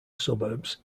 suburbs